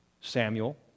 Samuel